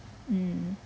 mm